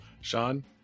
Sean